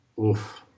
Oof